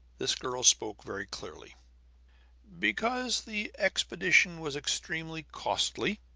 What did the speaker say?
this girl spoke very clearly because the expedition was extremely costly,